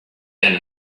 than